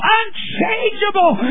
unchangeable